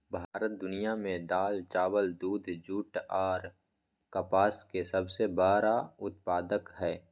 भारत दुनिया में दाल, चावल, दूध, जूट आर कपास के सबसे बड़ा उत्पादक हय